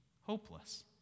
hopeless